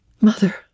Mother